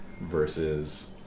versus